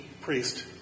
priest